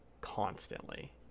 constantly